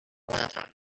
matter